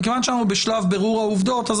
מכיוון שאנחנו בשלב בירור העובדות אז